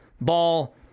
ball